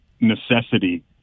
necessity